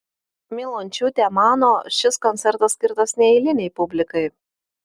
milončiūtė mano šis koncertas skirtas neelitinei publikai